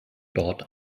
dort